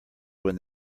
when